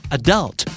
adult